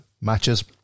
matches